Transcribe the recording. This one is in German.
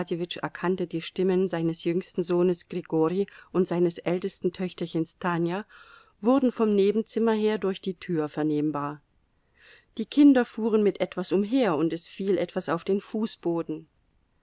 die stimmen seines jüngsten sohnes grigori und seines ältesten töchterchens tanja wurden vom nebenzimmer her durch die tür vernehmbar die kinder fuhren mit etwas umher und es fiel etwas auf den fußboden